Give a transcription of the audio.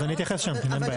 אז אני אתייחס שם, אין בעיה.